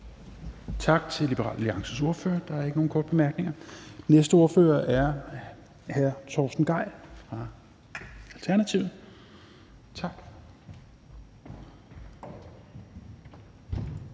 Tak til Liberal Alliances ordfører. Der er ikke nogen korte bemærkninger. Den næste ordfører er hr. Torsten Gejl fra Alternativet.